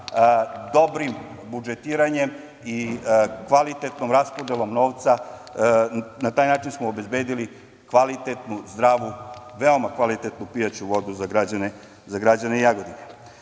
dobrim budžetiranjem i kvalitetnom raspodelom novca, na taj način smo obezbedili kvalitetnu i zdravu, veoma kvalitetnu pijaću vodu za građane Jagodine.